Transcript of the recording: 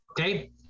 okay